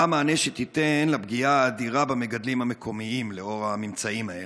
מה המענה שתיתן לפגיעה האדירה במגדלים המקומיים לאור הממצאים האלה?